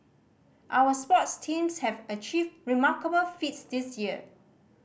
our sports teams have achieved remarkable feats this year